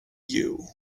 you